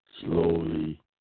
slowly